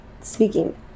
speaking